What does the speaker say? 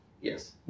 Yes